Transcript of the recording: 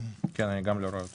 אני מבקש לא לאשר את